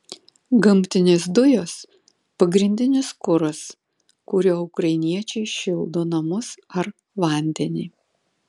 gamtinės dujos pagrindinis kuras kuriuo ukrainiečiai šildo namus ar vandenį